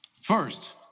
First